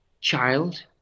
child